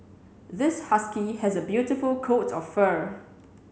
this husky has a beautiful coat of fur